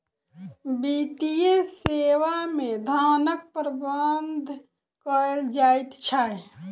वित्तीय सेवा मे धनक प्रबंध कयल जाइत छै